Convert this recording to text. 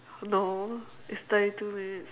no it's thirty two minutes